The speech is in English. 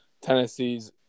Tennessee's